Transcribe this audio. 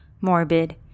morbid